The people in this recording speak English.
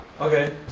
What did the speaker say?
Okay